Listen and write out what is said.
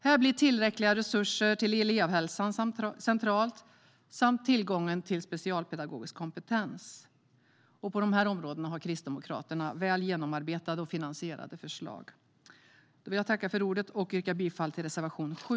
Här blir tillräckliga resurser till elevhälsa centralt samt tillgången till specialpedagogisk kompetens. På de områdena har Kristdemokraterna väl genomarbetade och finansierade förslag. Jag yrkar bifall till reservation 7.